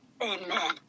Amen